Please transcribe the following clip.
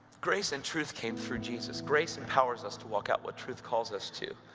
grace and truth came through jesus, grace empowers us to walk outward, truth calls us to.